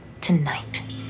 Tonight